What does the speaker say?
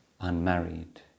unmarried